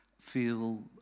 feel